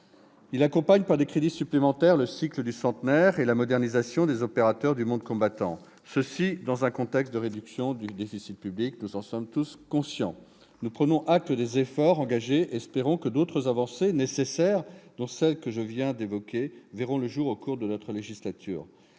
Il accompagne, par des crédits supplémentaires, le cycle du centenaire et la modernisation des opérateurs du monde combattant, et ce dans un contexte de réduction du déficit public, nous en sommes tous conscients. Nous prenons acte des efforts engagés et espérons que d'autres avancées nécessaires, dont celles que je viens d'évoquer, verront le jour au cours de la législature,